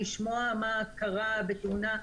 לשמוע מה קרה בתאונה,